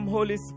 Holy